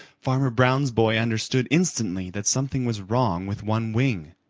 farmer brown's boy understood instantly that something was wrong with one wing,